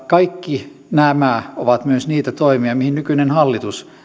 kaikki nämä ovat myös niitä toimia mihin nykyinen hallitus